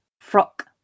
frock